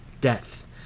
death